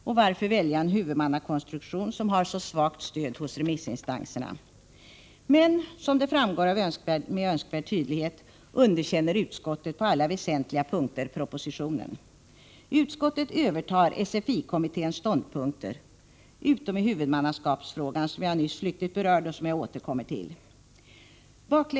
Och varför välja en huvudmannakonstruktion som har så svagt stöd hos remissinstanserna? Som framgår med önskvärd tydlighet underkänner utskottet propositionen på alla väsentliga punkter. Utskottet övertar SFI-kommitténs ståndpunkter — utom i huvudmannaskapsfrågan, som jag nyss flyktigt berörde och som jag strax skall återkomma till.